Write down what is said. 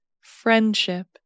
friendship